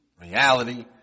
reality